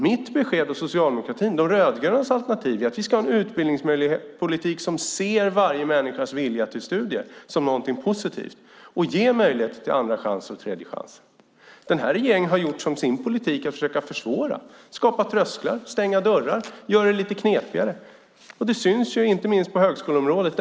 Mitt och socialdemokratins besked, De rödgrönas alternativ, är att vi ska ha en utbildningspolitik som ser varje människas vilja till studier som något positivt och ge möjlighet till en andra och tredje chans. Den här regeringen har gjort till sin politik att försöka försvåra, skapa trösklar, stänga dörrar, göra det lite knepigare. Det syns inte minst på högskoleområdet.